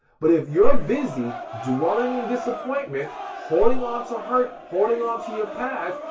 but if you're busy dwelling in disappointment, holding on to hurt, holding on to your past,